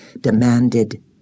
demanded